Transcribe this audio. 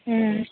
ம்